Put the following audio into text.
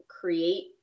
create